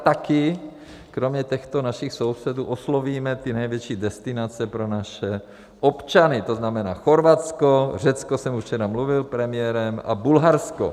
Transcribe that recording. Také kromě těchto našich sousedů oslovíme největší destinace pro naše občany, to znamená Chorvatsko, Řecko o tom jsem už včera mluvil s premiérem a Bulharsko.